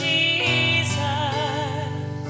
Jesus